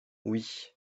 oui